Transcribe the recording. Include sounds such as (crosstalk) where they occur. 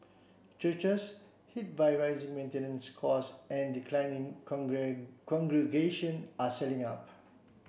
churches hit by rising maintenance costs and declining (unintelligible) congregations are selling up